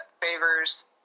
favors